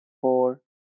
four